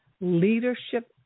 leadership